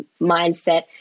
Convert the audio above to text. mindset